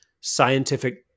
scientific